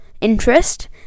interest